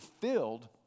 filled